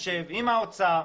נשב עם האוצר,